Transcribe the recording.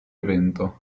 evento